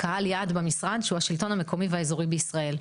קהל יעד במשרד שהוא השלטון המקומי והאזורי בישראל.